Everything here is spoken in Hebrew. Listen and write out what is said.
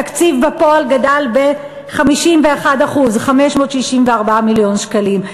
התקציב בפועל גדל ב-51% 564 מיליון שקלים.